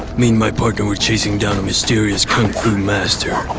me and my partner were chasing down a mysterious kung fu-master.